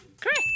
Correct